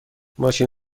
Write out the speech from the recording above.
ماشین